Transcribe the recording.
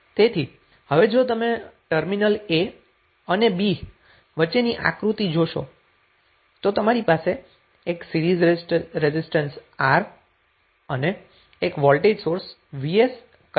તેથી હવે જો તમે ટર્મિનલ a અને b વચ્ચેની આકૃતિ જોશો તો તમારી પાસે એક સીરીઝ રેઝિસ્ટન્સ R અને એક વોલ્ટેજ સોર્સ Vs કનેક્ટ કરેલ છે